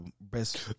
best